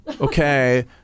Okay